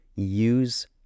Use